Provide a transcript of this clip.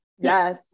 Yes